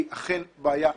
היא אכן בעיה כואבת.